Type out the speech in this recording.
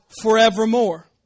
forevermore